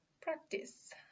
practice